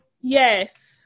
yes